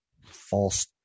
false